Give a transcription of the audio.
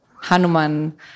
Hanuman